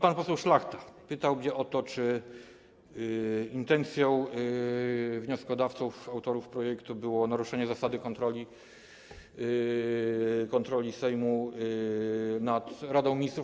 Pan poseł Szlachta pytał mnie o to, czy intencją wnioskodawców, autorów projektu, było naruszenie zasady kontroli Sejmu nad Radą Ministrów.